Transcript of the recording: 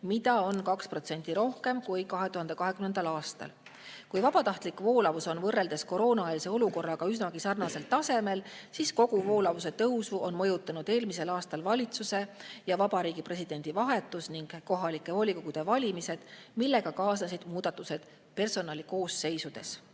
see on 2% rohkem kui 2020. aastal. Vabatahtlik voolavus on võrreldes koroonaeelse olukorraga üsna sarnasel tasemel, kuid koguvoolavuse tõusu on mõjutanud eelmisel aastal toimunud valitsuse ja vabariigi presidendi vahetus ning kohalike volikogude valimised, millega kaasnesid muudatused personali koosseisus.